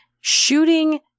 shooting